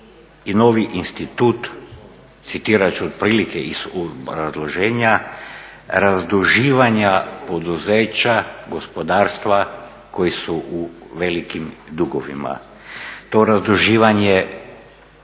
i novi institut, citirat ću otprilike iz obrazloženja, razduživanja poduzeća gospodarstva koji su u velikim dugovima. To razduživanje